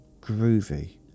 groovy